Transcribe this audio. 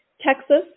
Texas